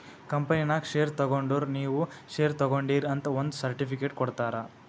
ಕಂಪನಿನಾಗ್ ಶೇರ್ ತಗೊಂಡುರ್ ನೀವೂ ಶೇರ್ ತಗೊಂಡೀರ್ ಅಂತ್ ಒಂದ್ ಸರ್ಟಿಫಿಕೇಟ್ ಕೊಡ್ತಾರ್